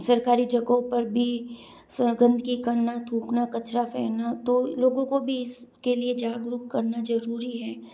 सरकारी जगहों पर भी गंदगी करना थूकना कचरा फेंकना तो लोगों को भी इसके लिए जागरूक करना जरूरी है